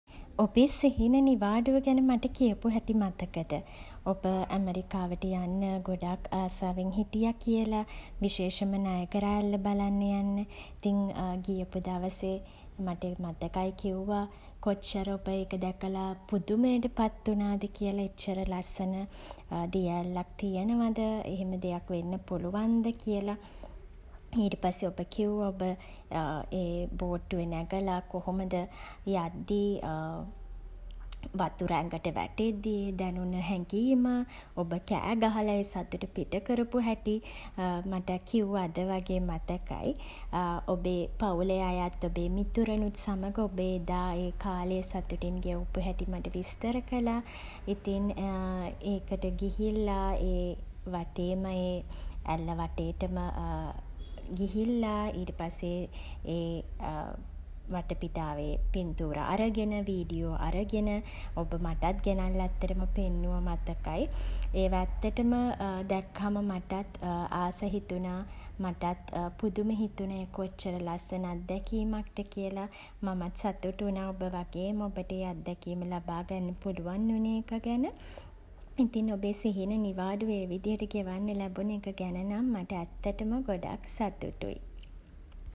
ඔබේ සිහින නිවාඩුව ගැන මට කියපු හැටි මතකද? ඔබ ඇමරිකාවට යන්න ගොඩාක් ආසාවෙන් හිටියා කියලා. විශේෂෙන්ම නයගරා ඇල්ල බලන්න යන්න. ඉතින් ගියපු දවසේ මට මතකයි කිව්වා කොච්චර ඔබ ඒක දැකලා පුදුමයට පත් වුණාද කියල එච්චර ලස්සන දිය ඇල්ලක් තියෙනවද එහෙම දෙයක් වෙන්න පුලුවන්ද කියලා. ඊට පස්සේ ඔබ කිව්වා ඔබ ඒ බෝට්ටුවෙන් නැගලා කොහොමද යද්දී වතුර ඇඟට වැටෙද්දී දැනුණ හැඟීම. ඔබ කෑ ගහලා ඒ සතුට පිට කරපු හැටි මට කිව්වා අද වගේ මතකයි. ඔබේ පවුලේ අයත් ඔබේ මිතුරනුත් සමඟ ඔබ එදා ඒ කාලය සතුටෙන් ගෙවපු හැටි මට විස්තර කළා. ඉතින් ඒකට ගිහිල්ලා ඒ වටේම ඒ ඇල්ල වටේටම ගිහිල්ල ඊට පස්සේ ඒ වටපිටාවේ පින්තූර අරගෙන වීඩියෝ අරගෙන ඔබ මටත් ගෙනල්ල ඇත්තටම පෙන්නුව මතකයි. ඒව ඇත්තටම දැක්කහම මටත් ආස හිතුණා. මටත් පුදුම හිතුණා ඒ කොච්චර ලස්සන අත්දැකීමක්ද කියලා. මමත් සතුටු වුණා ඔබ වගේම ඔබට ඒ අත්දැකීම ලබා ගන්න පුළුවන් වුණ එක ගැන. ඉතින් ඔබේ සිහින නිවාඩුව ඒ විදියට ගෙවන්න ලැබුණ එක ගැන නම් මට ඇත්තටම ගොඩක් සතුටුයි.